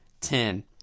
ten